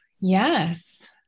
yes